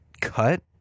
cut